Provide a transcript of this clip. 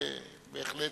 ובהחלט,